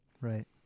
Right